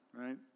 right